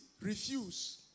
refuse